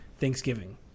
Thanksgiving